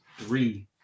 Three